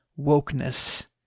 wokeness